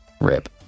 rip